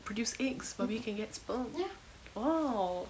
produce eggs but we can get sperm !wow!